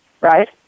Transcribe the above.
right